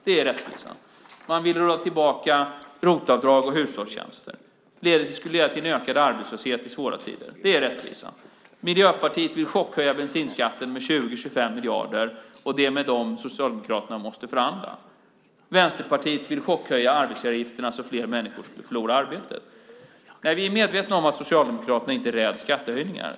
Det är tydligen rättvisa. Ni vill dra tillbaka ROT-avdrag och hushållstjänster. Det skulle leda till en ökad arbetslöshet i svåra tider. Det är tydligen rättvisa. Miljöpartiet vill chockhöja bensinskatten med 20-25 miljarder, och det är med Miljöpartiet Socialdemokraterna måste förhandla. Vänsterpartiet vill chockhöja arbetsgivaravgifterna så att fler människor förlorar arbetet. Vi är medvetna om att Socialdemokraterna inte räds skattehöjningar.